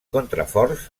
contraforts